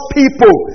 people